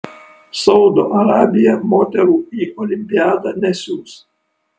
saudo arabija moterų į olimpiadą nesiųs